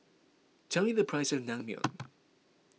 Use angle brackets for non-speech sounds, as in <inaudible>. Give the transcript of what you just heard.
tell me the price of Naengmyeon <noise>